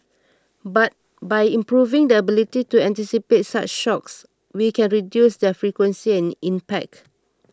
but by improving the ability to anticipate such shocks we can reduce their frequency and impact